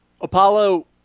Apollo